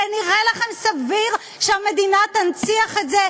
נראה לכם סביר שהמדינה תנציח את זה?